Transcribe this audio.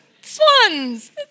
swans